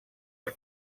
els